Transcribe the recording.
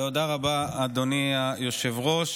תודה רבה, אדוני היושב-ראש.